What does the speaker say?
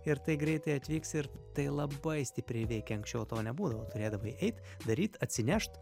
ir tai greitai atvyks ir tai labai stipriai veikia anksčiau to nebuvo turėdavai eit daryt atsinešt